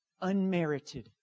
unmerited